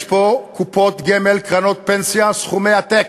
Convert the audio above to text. יש פה קופות גמל, קרנות פנסיה, סכומי עתק.